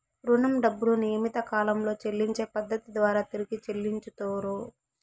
రుణం డబ్బులు నియమిత కాలంలో చెల్లించే పద్ధతి ద్వారా తిరిగి చెల్లించుతరు